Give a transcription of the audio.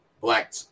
black